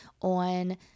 on